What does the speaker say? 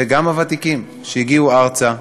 וגם הוותיקים, שהגיעו ארצה,